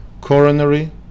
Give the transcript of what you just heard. coronary